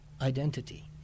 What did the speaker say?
identity